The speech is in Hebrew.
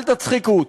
אל תצחיקו אותי.